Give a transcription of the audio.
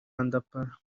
kandapara